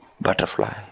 butterfly